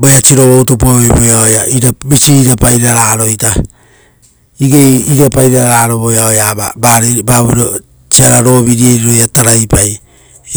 Voea sorova utupau voeaoia visi ira pairarao ita. Igei igei irapai rararo voea oeava va vo sara roviriei roia taraipai,